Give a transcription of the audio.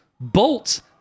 bolts